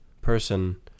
person